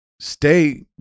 Stay